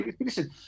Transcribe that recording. Listen